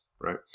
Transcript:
right